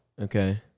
Okay